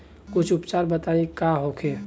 कुछ उपचार बताई का होखे?